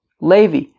Levi